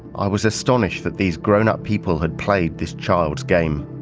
i was astonished that these grownup people had played this child's game.